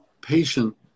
patient